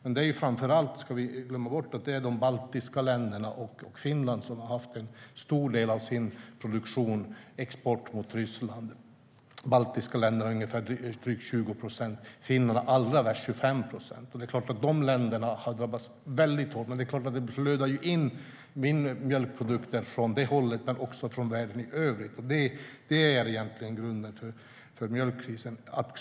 Men det är framför allt de baltiska länderna och Finland som har exporterat en stor del av sin produktion till Ryssland. För de baltiska länderna handlar det om drygt 20 procent, och för Finland hela 25 procent. Det är klart att dessa länder har drabbats hårt. Det flödar in mjölkprodukter från det hållet men också från världen i övrigt. Det är grunden för mjölkkrisen.